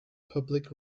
public